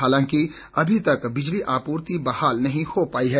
हालांकि अभी तक बिजली आपूर्ति बहाल नहीं हो पाई है